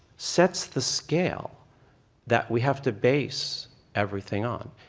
sets the scale that we have to base everything on.